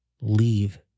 leave